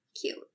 cute